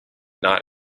not